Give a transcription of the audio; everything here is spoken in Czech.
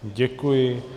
Děkuji.